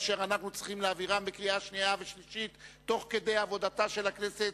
אשר אנו צריכים להעבירם בקריאה שנייה ושלישית תוך כדי עבודתה של הכנסת,